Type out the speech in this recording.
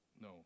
no